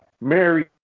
Mary